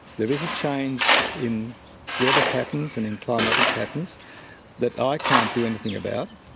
there is a change in weather patterns and in climatic patterns that i can't do anything about,